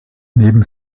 neben